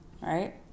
Right